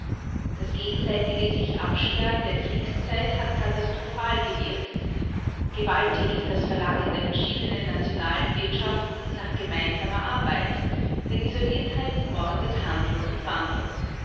das gegenseitige sichabsperren der kriegszeit hat katastrophal gewirkt gewaltig ist das verlangen der verschiedenen nationalen wirtschaften nach gemeinsamer arbeit denn isoliertheit mordet handel und wandel